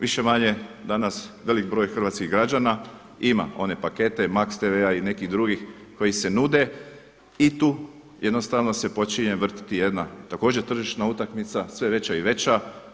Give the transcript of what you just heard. Više-manje danas velik broj hrvatskih građana ima one pakete Max TV-a i nekih drugih koji se nude i tu jednostavno se počinje vrtiti jedna također tržišna utakmica, sve veća i veća.